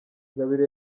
gabiro